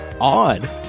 odd